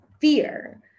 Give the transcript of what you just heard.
fear